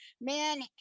man